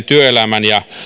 työelämän ja